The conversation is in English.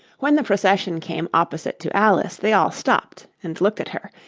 when the procession came opposite to alice, they all stopped and looked at her,